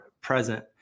present